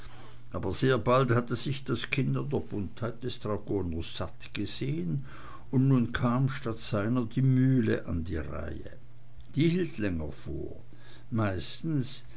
aber sehr bald hatte sich das kind an der buntheit des dragoners satt gesehen und nun kam statt seiner die mühle an die reihe die hielt länger vor meistens